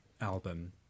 album